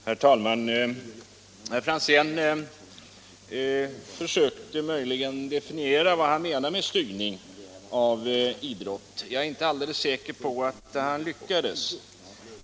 Herr talman! Herr Franzén försökte möjligen definiera vad han menar med styrning av idrotten. Jag är inte alldeles säker på att han lyckades.